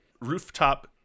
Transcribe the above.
rooftop